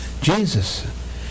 Jesus